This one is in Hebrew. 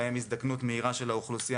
בהם הזדקנות מהירה של האוכלוסייה